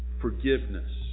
forgiveness